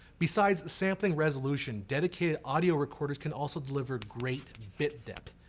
besides sampling resolution, dedicated audio recorders can also deliver greater bit depth.